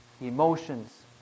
emotions